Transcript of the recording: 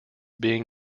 being